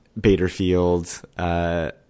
Baderfield